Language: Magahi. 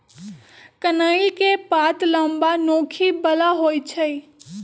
कनइल के पात लम्मा, नोखी बला होइ छइ